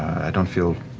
i don't feel